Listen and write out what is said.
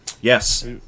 Yes